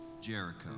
Jericho